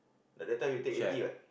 like that time we take eighty what